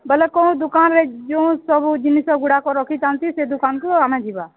ବୋଲେ କଉଁ ଦୁକାନରେ ଯୋଉଁ ସବୁ ଜିନିଷଗୁଡ଼ାକ ରଖିଥାଆନ୍ତି ସେ ଦୁକାନକୁ ଆମେ ଯିବା